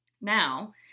Now